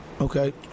Okay